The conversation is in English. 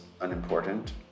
unimportant